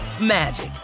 magic